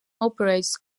operates